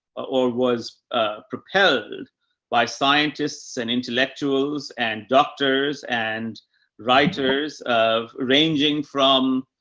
or was, ah, propelled by scientists and intellectuals and doctors and writers of ranging from,